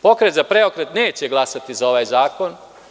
Pokret za Preokret neće glasati za ovaj zakon.